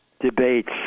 debates